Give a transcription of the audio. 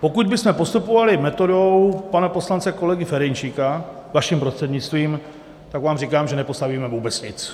pokud bychom postupovali metodou pana poslance kolegy Ferjenčíka, vaším prostřednictvím, tak vám říkám, že nepostavíme vůbec nic.